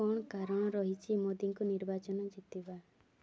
କ'ଣ କାରଣ ରହିଛି ମୋଦିଙ୍କୁ ନିର୍ବାଚନ ଜିତିବା